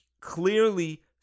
clearly